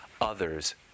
others